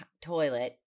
toilet